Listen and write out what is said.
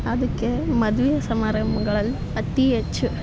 ಅದಕ್ಕೇ ಮದುವೆ ಸಮಾರಂಭಗಳಲ್ಲಿ ಅತೀ ಹೆಚ್ಚು